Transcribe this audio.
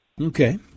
Okay